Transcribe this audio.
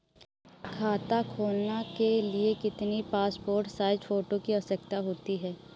खाता खोलना के लिए कितनी पासपोर्ट साइज फोटो की आवश्यकता होती है?